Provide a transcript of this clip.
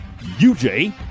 UJ